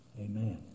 Amen